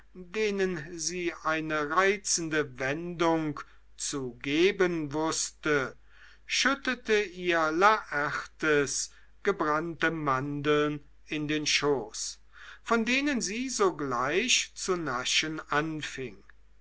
denen sie eine reizende wendung zu geben wußte schüttete ihr laertes gebrannte mandeln in den schoß von denen sie sogleich zu naschen anfing